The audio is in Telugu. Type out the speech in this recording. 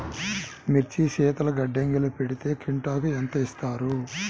మిర్చి శీతల గిడ్డంగిలో పెడితే క్వింటాలుకు ఎంత ఇస్తారు?